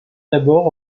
d’abord